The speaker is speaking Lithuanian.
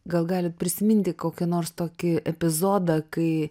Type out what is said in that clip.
gal galit prisiminti kokią nors tokį epizodą kai